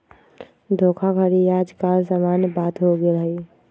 धोखाधड़ी याज काल समान्य बात हो गेल हइ